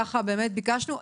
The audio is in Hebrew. כך באמת ביקשנו.